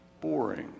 boring